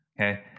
Okay